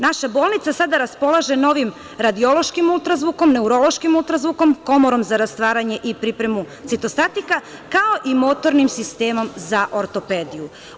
Naša bolnica sada raspolaže novim radiološkim ultrazvukom, neurološkim ultrazvukom, komorom za rastvaranje i pripremu citostatika, kao i motornim sistemom za ortopediju.